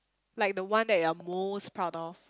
like the one that you're most proud of